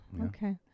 okay